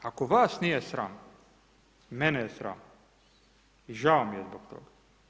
Ako Vas nije sram, mene je sram, i žao mi je zbog tog.